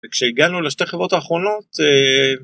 וכשהגענו לשתי החברות האחרונות